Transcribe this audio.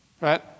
right